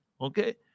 Okay